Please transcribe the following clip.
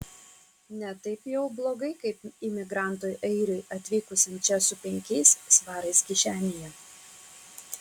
ne taip jau blogai kaip imigrantui airiui atvykusiam čia su penkiais svarais kišenėje